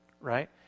right